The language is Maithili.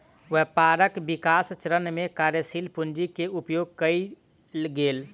व्यापारक विकास चरण में कार्यशील पूंजी के उपयोग कएल गेल